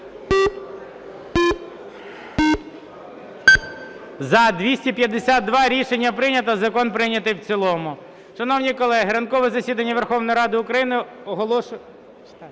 За-252 Рішення прийнято. Закон прийнятий в цілому.